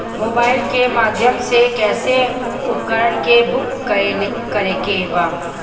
Mobile के माध्यम से कैसे उपकरण के बुक करेके बा?